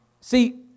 See